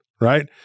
right